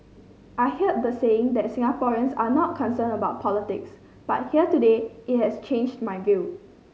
I heard the saying that Singaporeans are not concerned about politics but here today it has changed my view